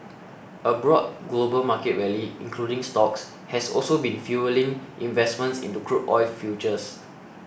a broad global market rally including stocks has also been fuelling investment into crude oil futures